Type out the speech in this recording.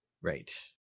Right